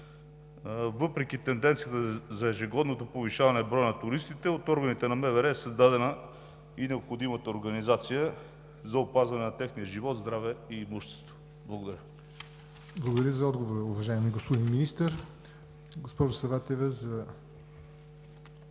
Въпреки тенденцията за ежегодно повишаване броя на туристите от органите на МВР е създадена необходимата организация за опазване на техния живот, здраве и имущество. Благодаря. ПРЕДСЕДАТЕЛ ЯВОР НОТЕВ: Благодаря за отговора, уважаеми господин Министър. Госпожо Саватева,